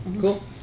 cool